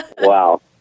Wow